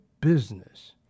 business